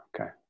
okay